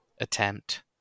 attempt